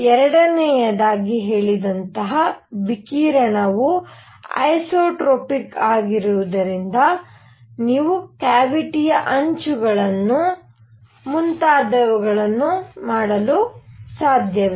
ಸಂಖ್ಯೆ 2 ವಿಕಿರಣವು ಐಸೊಟ್ರೊಪಿಕ್ ಆಗಿರುವುದರಿಂದ ನೀವು ಕ್ಯಾವಿಟಿ ಯ ಅಂಚುಗಳನ್ನು ಮುಂತಾದವುಗಳನ್ನು ಮಾಡಲು ಸಾಧ್ಯವಿಲ್ಲ